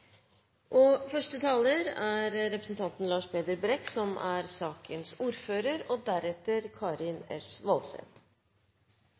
11. Første taler er Marit Nybakk, som er sakens ordfører.